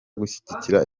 gushyigikira